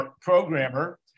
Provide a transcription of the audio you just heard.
programmer